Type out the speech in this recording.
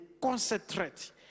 concentrate